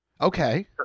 okay